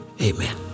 Amen